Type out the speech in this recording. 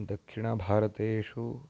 दक्षिणभारतेषु